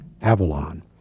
Avalon